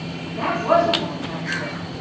that was a long time ago!